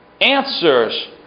answers